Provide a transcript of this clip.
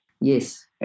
Yes